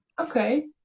Okay